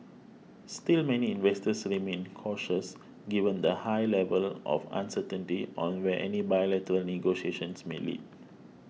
still many investors remained cautious given the high level of uncertainty on where any bilateral negotiations may lead